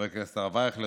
חבר הכנסת הרב אייכלר,